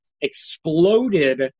exploded